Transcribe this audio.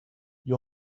you